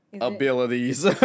abilities